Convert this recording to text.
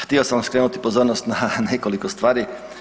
Htio sam vam skrenuti pozornost na nekoliko stvari.